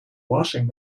washing